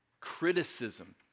criticism